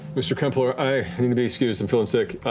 mr. kempler, i need to be excused. i'm feeling sick.